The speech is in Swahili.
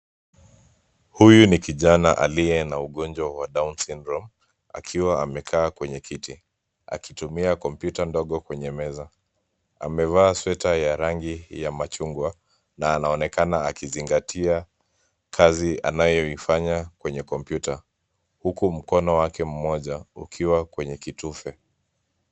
Huyu ni kijana aliye na ugonjwa wa down syndrome akiwa amekaa kwenye kiti akitumia kompyuta ndogo kwenye meza. Amevaa sweta ya rangi ya machungwa na anaonekana akizingatia kazi anayoifanya kwenye kompyuta huku mkono wake mmoja ukiwa kwenye kitufe .